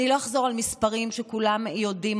אני לא אחזור על מספרים שכולם יודעים.